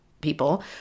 people